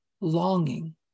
longing